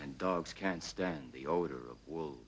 and dogs can't stand the odor of will